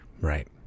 Right